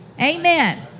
Amen